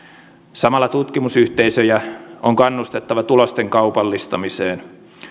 samalla tutkimusyhteisöjä on kannustettava tulosten kaupallistamiseen